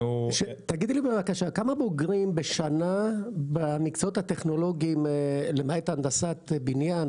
תגידי לי בבקשה כמה בוגרים בשנה במקצועות הטכנולוגיים למעט הנדסת בניין,